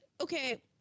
okay